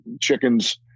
chickens